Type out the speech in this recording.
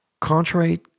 Contrary